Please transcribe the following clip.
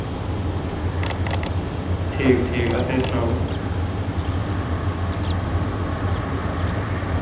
ठीक ठीक असें ई सनाई ओड़ेओ